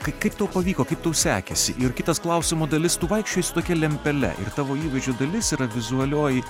kaip tau pavyko kaip tau sekėsi ir kitas klausimo dalis tu vaikščiojai su tokia lempele ir tavo įvaizdžio dalis yra vizualioji